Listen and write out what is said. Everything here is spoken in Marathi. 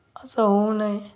असं होऊ नये